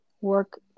work